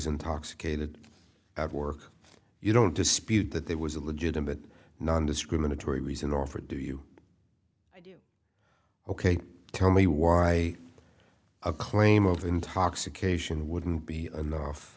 intoxicated have work you don't dispute that there was a legitimate nondiscriminatory reason or for do you ok tell me why a claim of intoxication wouldn't be enough